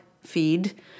feed